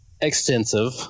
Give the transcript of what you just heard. extensive